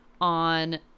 on